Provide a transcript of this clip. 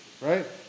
right